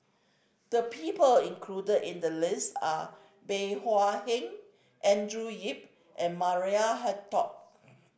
the people included in the list are Bey Hua Heng Andrew Yip and Maria Hertogh